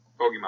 Pokemon